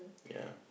ya